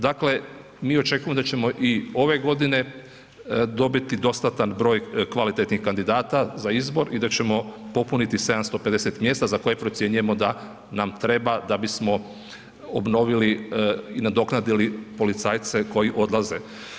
Dakle, mi očekujemo da ćemo i ove godine dobiti dostatan broj kvalitetnih kandidata za izbor i da ćemo popuniti 750 mjesta za koje procjenjujemo da nam treba da bismo obnovili i nadoknadili policajce koji odlaze.